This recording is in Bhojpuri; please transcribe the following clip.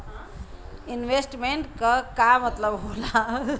इन्वेस्टमेंट क का मतलब हो ला?